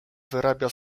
wyrabia